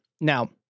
Now